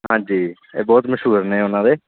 ਹਾਂਜੀ ਇਹ ਬਹੁਤ ਮਸ਼ਹੂਰ ਨੇ ਉਹਨਾਂ ਦੇ